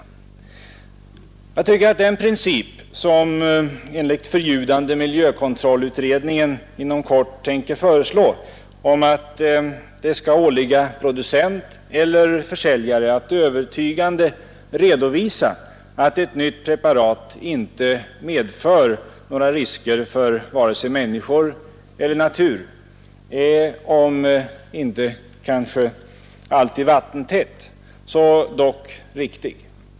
Den princip som enligt förljudande miljökontrollutredningen inom kort tänker föreslå, dvs. att det skulle åligga producent eller försäljare att övertygande redovisa att ett nytt preparat inte medför några risker för vare sig människor eller natur, är riktig, även om den kanske inte alltid är vattentät.